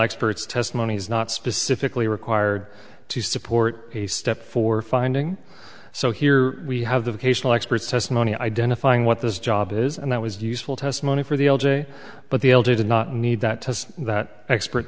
experts testimony is not specifically required to support a step for finding so here we have the expert testimony identifying what this job is and that was useful testimony for the l j but the elder did not need that that expert